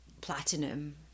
platinum